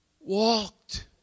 walked